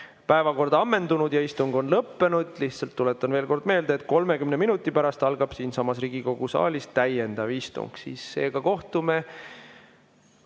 päevakord ammendunud ja istung on lõppenud. Lihtsalt tuletan veel kord meelde, et 30 minuti pärast algab siinsamas Riigikogu saalis täiendav istung. Seega, kohtume